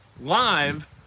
live